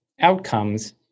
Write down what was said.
outcomes